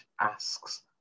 asks